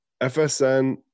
FSN